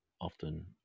often